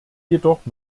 jedoch